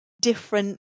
different